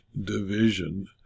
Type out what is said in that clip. Division